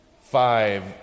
five